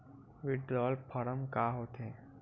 withdrawal form का होथेय